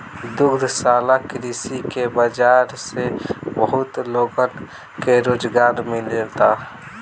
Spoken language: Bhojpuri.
दुग्धशाला कृषि के बाजार से बहुत लोगन के रोजगार मिलता